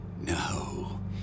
No